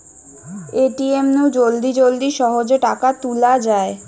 ATM নু জলদি জলদি সহজে টাকা তুলা যায়